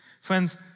Friends